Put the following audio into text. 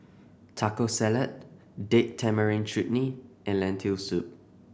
Taco Salad Date Tamarind Chutney and Lentil Soup